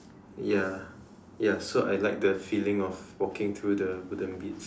ya ya so I like the feeling of walking through the wooden beads